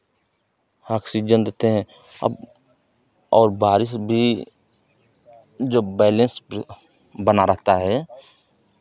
oxygen देते हैं अब और बारिश भी जब बैलेंस बना रहता है